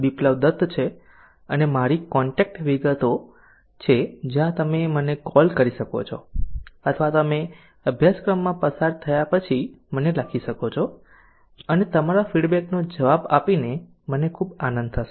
બિપ્લબ દત્ત છે અને આ મારી કોન્ટેક્ટ વિગતો છે જ્યાં તમે મને કોલ કરી શકો છો અથવા તમે અભ્યાસક્રમ પસાર કર્યા પછી મને લખી શકો છો અને તમારા ફીડબેકનો જવાબ આપીને મને ખૂબ આનંદ થશે